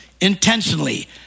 intentionally